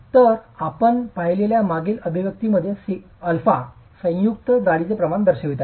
तर आपण पाहिलेल्या मागील अभिव्यक्तीमध्ये α संयुक्त जाडीचे प्रमाण दर्शवित आहे